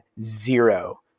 zero